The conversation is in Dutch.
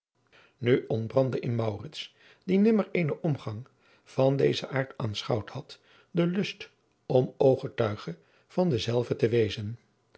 nu ontbrandde in maurits die nimmer eenen omgang van dezen aard aanschouwd had de lust om ooggetuige van denzelven te wezen